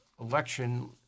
election